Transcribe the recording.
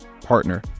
partner